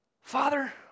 Father